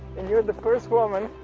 and you're the first woman!